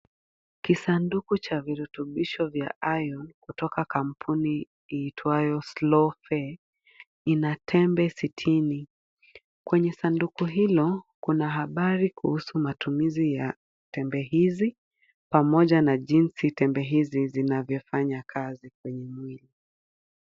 Kisanduku cha virutubisho vya iron kutoka kampuni iitwayo Slow Fe ina tembe sitini. Kwenye sanduku hilo kuna habari kuhusu matumizi ya tembe hizi pamoja na jinsi tembe hizi zinavyofanya kazi kwenye mwili.